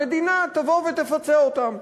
המדינה תבוא ותפצה אותם.